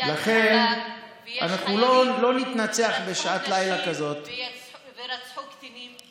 ויש חיילים שרצחו נשים ורצחו קטינים.